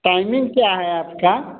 timing क्या है आपका